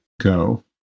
go